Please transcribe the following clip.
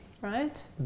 right